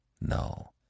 No